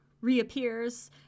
reappears